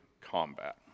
combat